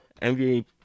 NBA